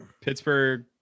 Pittsburgh